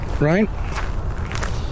Right